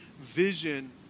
vision